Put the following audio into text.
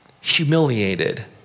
humiliated